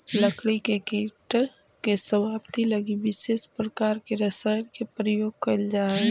लकड़ी के कीट के समाप्ति लगी विशेष प्रकार के रसायन के प्रयोग कैल जा हइ